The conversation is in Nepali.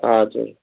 हजुर